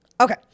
Okay